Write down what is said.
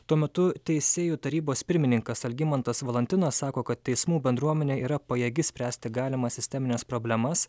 tuo metu teisėjų tarybos pirmininkas algimantas valantinas sako kad teismų bendruomenė yra pajėgi spręsti galimas sistemines problemas